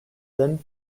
thin